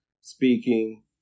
speaking